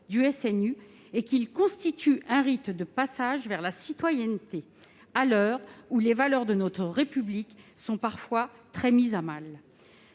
du SNU est qu'il constitue un rite de passage vers la citoyenneté, à l'heure où les valeurs de notre République sont parfois très mises à mal.